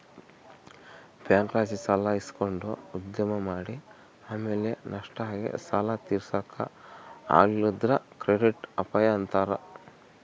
ಬ್ಯಾಂಕ್ಲಾಸಿ ಸಾಲ ಇಸಕಂಡು ಉದ್ಯಮ ಮಾಡಿ ಆಮೇಲೆ ನಷ್ಟ ಆಗಿ ಸಾಲ ತೀರ್ಸಾಕ ಆಗಲಿಲ್ಲುದ್ರ ಕ್ರೆಡಿಟ್ ಅಪಾಯ ಅಂತಾರ